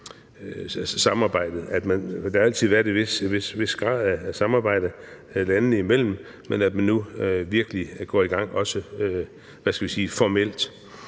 samarbejdet. Der har altid været en vis grad af samarbejde landene imellem, men nu går man virkelig i gang, også,